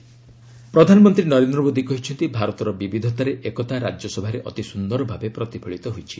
RS PM Modi ପ୍ରଧାନମନ୍ତ୍ରୀ ନରେନ୍ଦ୍ର ମୋଦି କହିଛନ୍ତି ଭାରତର ବିବିଧତାରେ ଏକତା ରାଜ୍ୟସଭାରେ ଅତି ସୁନ୍ଦର ଭାବେ ପ୍ରତିଫଳିତ ହୋଇଛି